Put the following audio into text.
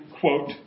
quote